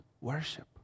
worship